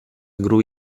gru